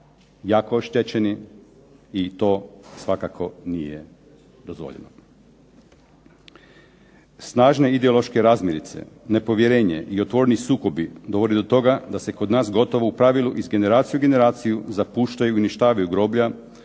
jako oštećeni i to svakako nije dozvoljeno. Snažne ideološke razmirice, nepovjerenje i otvoreni sukobi dovode do toga da se kod nas gotovo u pravilu iz generacije u generaciju zapuštaju i uništavaju groblja,